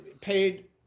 paid